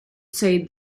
цей